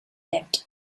lived